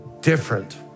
different